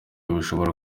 bizashoboka